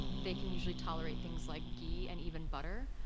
they can usually tolerate things like ghee and even butter,